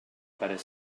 parer